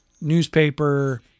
newspaper